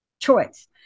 choice